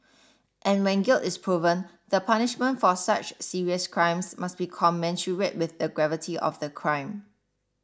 and when guilt is proven the punishment for such serious crimes must be commensurate with the gravity of the crime